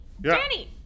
Danny